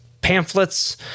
pamphlets